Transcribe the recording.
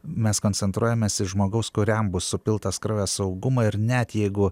mes koncentruojamės į žmogaus kuriam bus supiltas kraujas saugumą ir net jeigu